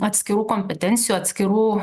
atskirų kompetencijų atskirų